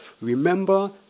Remember